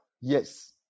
yes